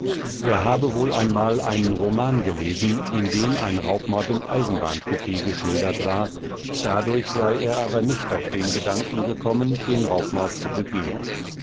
er habe wohl einmal einen roman gelesen in dem ein raubmord im eisenbahnkupee geschildert war dadurch sei er aber nicht auf den gedanken gekommen den raubmord zu begehen